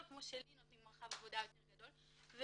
יותר כמו שלי נותנים מרחב עבודה גדול יותר,